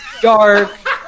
dark